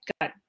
got